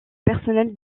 personnel